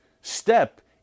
step